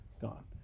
Gone